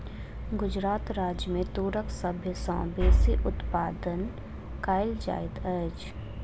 गुजरात राज्य मे तूरक सभ सॅ बेसी उत्पादन कयल जाइत अछि